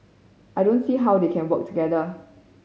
I don't see how they can work together